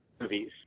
movies